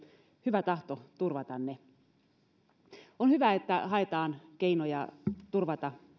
hyvä tahto turvata ne on hyvä että haetaan keinoja turvata